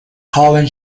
colin